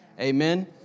Amen